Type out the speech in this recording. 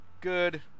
good